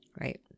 Right